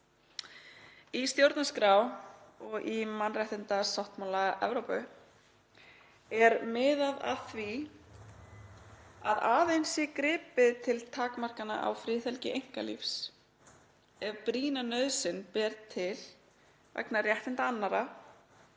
Í stjórnarskrá og í mannréttindasáttmála Evrópu er miðað að því að aðeins sé gripið til takmarkana á friðhelgi einkalífs ef brýna nauðsyn ber til vegna réttinda annarra,